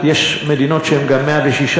יש מדינות שהן גם 106%,